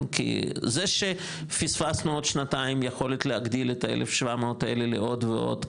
כי זה שפספסנו עוד שנתיים יכולת להגדיל את ה-1,700 האלה לעוד ועוד,